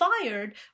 fired